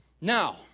Now